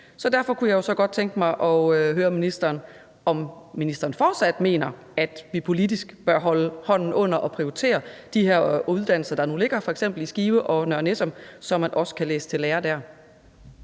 Så derfor kunne jeg godt tænke mig at høre ministeren, om han fortsat mener, at vi politisk bør holde hånden under og prioritere de her uddannelser, der nu ligger i f.eks. Skive og Nørre Nissum, så man også kan læse til lærer der.